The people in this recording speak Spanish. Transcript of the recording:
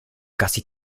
casi